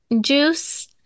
juice